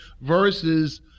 versus